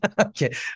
okay